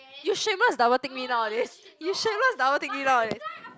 you should know it's double tick me nowadays you should know it's double tick me nowadays